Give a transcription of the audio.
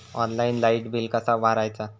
Online light bill कसा भरायचा?